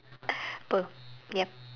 apa yup